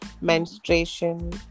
menstruation